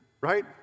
right